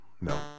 no